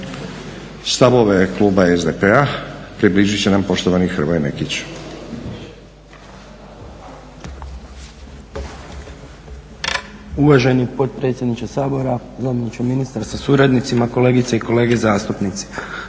Stavove kluba SDP-a približiti će nam poštovani Hrvoje Nekić. **Nekić, Hrvoje (SDP)** Uvaženi potpredsjedniče Sabora, zamjeniče ministra sa suradnicima, kolegice i kolege zastupnici.